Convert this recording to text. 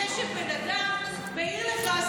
זה שבן אדם מעיר לך,